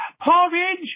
porridge